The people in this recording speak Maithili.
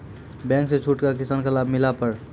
बैंक से छूट का किसान का लाभ मिला पर?